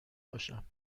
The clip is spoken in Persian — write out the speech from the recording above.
باشم